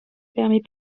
permet